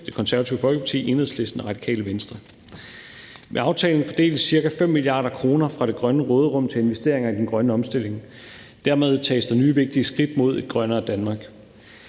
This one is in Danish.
Det Konservative Folkeparti, Enhedslisten og Radikale Venstre. Med aftalen fordeles ca. 5 mia. kr. fra det grønne råderum til investeringer i den grønne omstilling. Dermed tages der nye vigtige skridt mod et grønnere Danmark.